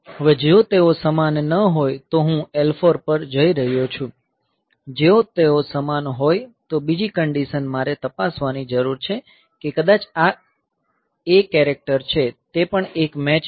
હવે જો તેઓ સમાન ન હોય તો હું L4 પર જઈ રહ્યો છું જો તેઓ સમાન હોય તો બીજી કંડીશન મારે તપાસવાની જરૂર છે કે કદાચ આ કેરેક્ટર A છે તે પણ એક મેચ છે